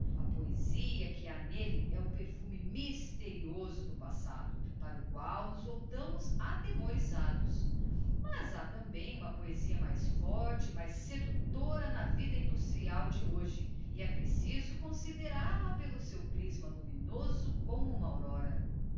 a poesia que ha n elle é o perfume mysterioso do passado para o qual nos voltamos atemorisados mas ha também uma poesia mais forte e mais seductora na vida industrial de hoje e é preciso consideral a pelo seu prisma luminoso como uma aurora